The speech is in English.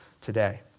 today